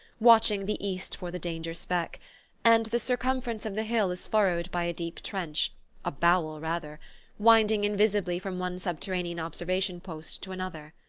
watching the east for the danger speck and the circumference of the hill is furrowed by a deep trench a bowel, rather winding invisibly from one subterranean observation post to another.